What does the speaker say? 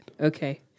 Okay